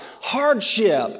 hardship